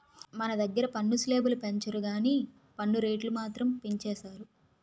మన దగ్గిర పన్ను స్లేబులు పెంచరు గానీ పన్ను రేట్లు మాత్రం పెంచేసారు